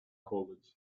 college